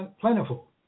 plentiful